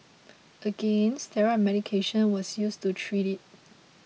again steroid medication was used to treat it